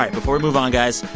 right. before we move on, guys,